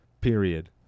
Period